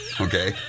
Okay